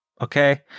Okay